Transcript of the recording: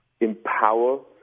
empower